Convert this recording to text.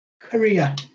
Korea